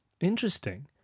Interesting